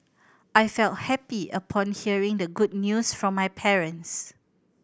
I felt happy upon hearing the good news from my parents